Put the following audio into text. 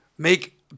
make